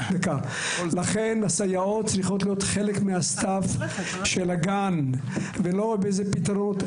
לכן הסייעות צריכות להיות חלק מהצוות של הגן ולא באיזה פתרונות.